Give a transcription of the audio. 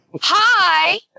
Hi